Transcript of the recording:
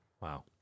Wow